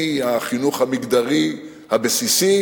מהחינוך המגדרי הבסיסי